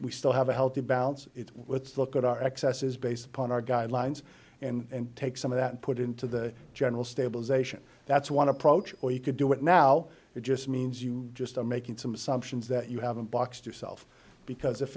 we still have a healthy balance with look at our excesses based upon our guidelines and take some of that put into the general stabilization that's one approach or you could do it now it just means you just are making some assumptions that you haven't boxed yourself because if